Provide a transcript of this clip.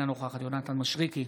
אינה נוכחת יונתן מישרקי,